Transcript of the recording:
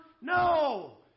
No